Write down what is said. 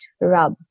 rub